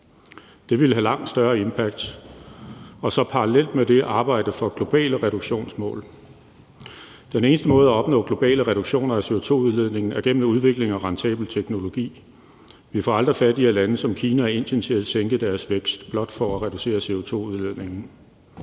det ville have langt større impact, og så parallelt med det arbejde for globale reduktionsmål. Den eneste måde at opnå globale reduktioner af CO2-udledningen på er gennem udvikling af rentabel teknologi. Vi får aldrig fattigere lande som Kina og Indien til at sænke deres vækst blot for at reducere CO2-udledningen.